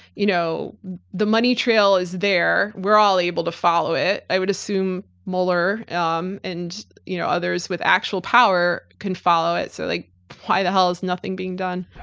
you know the money trail is there, we're all able to follow it. i would assume mueller um and you know others with actual power can follow it so like why the hell is nothing being done.